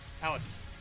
Alice